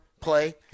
play